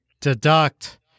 deduct